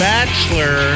Bachelor